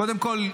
קודם כול,